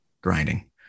grinding